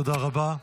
תודה רבה.